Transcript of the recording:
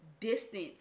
distance